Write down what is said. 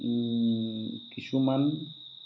কিছুমান